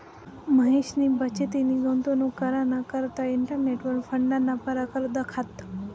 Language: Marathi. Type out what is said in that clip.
महेशनी बचतनी गुंतवणूक कराना करता इंटरनेटवर फंडना परकार दखात